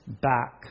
back